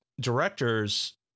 directors